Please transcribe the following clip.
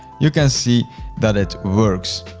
you can see that it works.